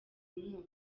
mwumva